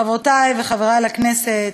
חברותי וחברי לכנסת,